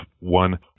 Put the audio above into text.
one